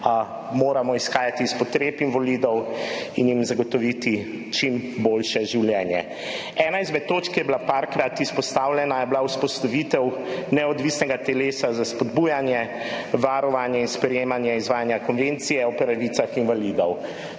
Moramo izhajati iz potreb invalidov in jim zagotoviti čim boljše življenje. Ena izmed točk, ki je bila nekajkrat izpostavljena, je bila vzpostavitev neodvisnega telesa za spodbujanje, varovanje in spremljanje izvajanja Konvencije o pravicah invalidov.